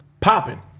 popping